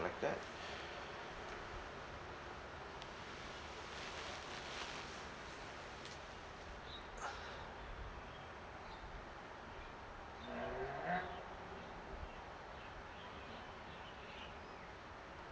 like that